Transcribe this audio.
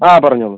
അ പറഞ്ഞോളു